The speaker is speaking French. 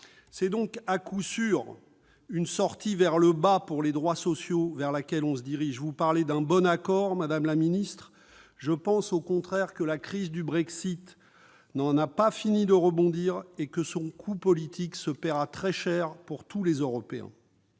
C'est donc, à coup sûr, vers une sortie par le bas pour les droits sociaux que l'on se dirige. Vous parlez d'un bon accord, madame la secrétaire d'État. Je pense, au contraire, que la crise du Brexit n'en a pas fini de rebondir, et que son coût politique sera très cher pour tous les Européens.